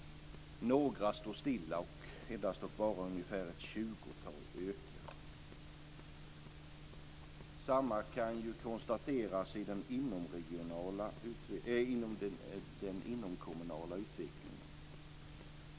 Några står stilla, och bara ungefär ett tjugotal ökar. Detsamma kan konstateras när det gäller den inomkommunala utvecklingen.